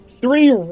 three